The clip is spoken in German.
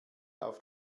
auf